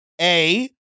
A-